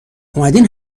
اومدین